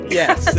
yes